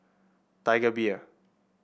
Tiger Beer